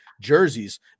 jerseys